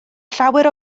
llawer